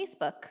Facebook